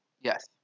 Yes